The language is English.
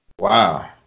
Wow